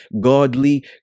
godly